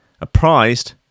apprised